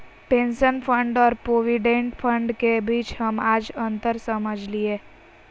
pension fund और provident fund के बीच हम आज अंतर समझलियै